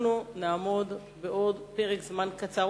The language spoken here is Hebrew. אנחנו נעמוד בעוד פרק זמן קצר,